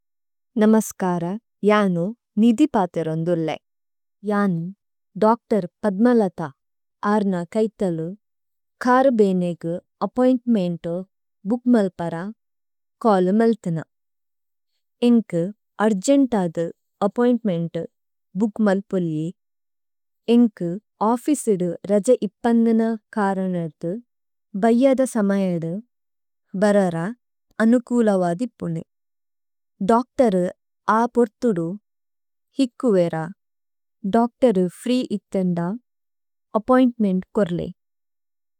നമസ്കര, യാനു നിധി പാതിരോന്ദുര്ലേ। യാനു, ദ്ര്। പദ്മലത അര്ന കൈഥലു, കാര ബേനേഗു അപ്പോഇന്ത്മേന്തു ബുക്മല്പര, കോലുമല്തിന। ഏന്കു അര്ജേന്തദു അപ്പോഇന്ത്മേന്തു ബുക്മല്പുലി, ഏന്കു ഓഫിസിദു രജ ഇപന്ദന കരനദു, ബൈയദ സമയേദു, ബരര അനുകുലവദി പുനു। ദ്ര്। ആ പോര്തുദു, ഹിക്കു വേര। ദ്ര്। ഫ്രീ ഇത്ഥന്ദ, അപ്പോഇന്ത്മേന്ത് കോര്ലേ।